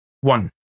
One